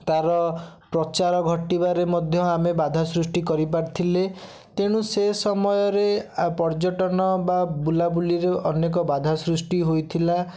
ତାର ପ୍ରଚାର ଘଟିବାରେ ମଧ୍ୟ ଆମେ ବାଧା ସୃଷ୍ଟି କରିପାରି ଥିଲେ ତେଣୁ ସେ ସମୟରେ ଆ ପର୍ଯ୍ୟଟନ ବା ବୁଲାବୁଲିର ଅନେକ ବାଧା ସୃଷ୍ଟି ହୋଇଥିଲା